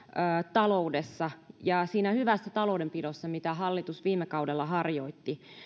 taloudessa ja siinä hyvässä taloudenpidossa mitä hallitus viime kaudella harjoitti